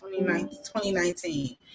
2019